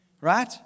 right